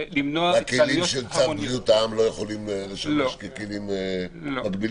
והכלים של צו בריאות העם לא יכולים לשמש ככלים מקבילים?